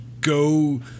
go